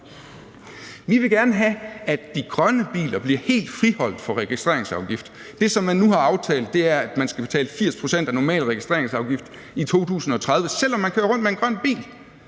Vi vil gerne have, at de grønne biler bliver helt friholdt fra registreringsafgift. Det, som nu er aftalt, er, at man skal betale 80 pct. af normal registreringsafgift i 2030, selv om man kører rundt i en grøn bil.